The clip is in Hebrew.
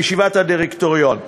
בישיבת הדירקטוריון?